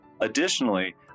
Additionally